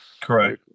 Correct